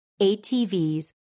ATVs